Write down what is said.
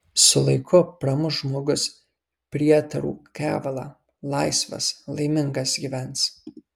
su laiku pramuš žmogus prietarų kevalą laisvas laimingas gyvens